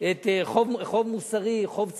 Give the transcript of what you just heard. חוב מוסרי, חוב ציבורי,